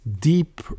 deep